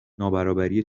نابرابری